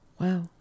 Wow